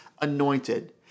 anointed